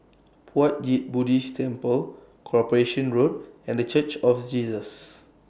Puat Jit Buddhist Temple Corporation Road and The Church of Jesus